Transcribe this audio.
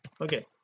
okay